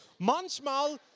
Manchmal